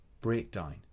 breakdown